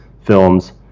films